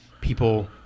People